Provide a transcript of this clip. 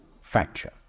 fracture